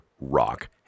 rock